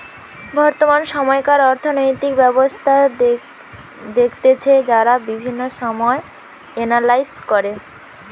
বর্তমান সময়কার অর্থনৈতিক ব্যবস্থা দেখতেছে যারা বিভিন্ন বিষয় এনালাইস করে